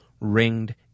ringed